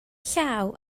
llaw